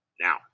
Now